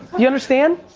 you understand?